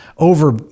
over